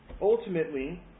Ultimately